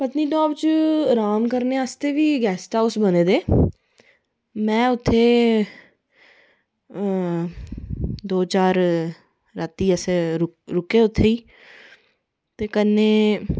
पत्निटॉप च आराम करनै आस्तै बी गैस्ट हाऊस बने दे में उत्थै दो चार राती अस रूकै उत्थै ही ते कन्नै